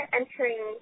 entering